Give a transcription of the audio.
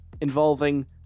involving